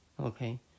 Okay